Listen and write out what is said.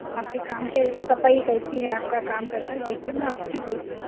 آپ کے کام کے صفائی کیسی ہے آپ کا کام کیسا ہے دیکھ کے میں آپ کو پھر بولتی میں